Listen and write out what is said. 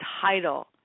title